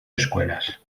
escuelas